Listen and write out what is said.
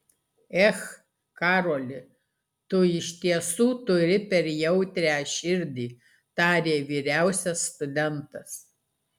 ech karoli tu iš tiesų turi per jautrią širdį tarė vyriausias studentas